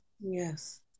Yes